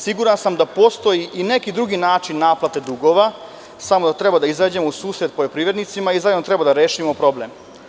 Siguran sam da postoji i neki drugi način naplate dugova, samo treba da izađemo u susret poljoprivrednicima i zajedno treba da rešimo problem.